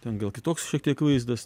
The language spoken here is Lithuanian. ten gal kitoks šiek tiek vaizdas